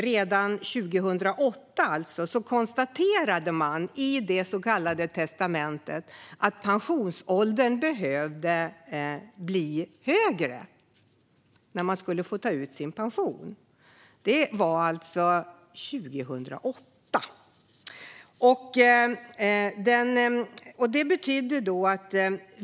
Redan 2008 konstaterade man i det så kallade testamentet att pensionsåldern behövde bli högre - åldern när man skulle få ta ut sin pension.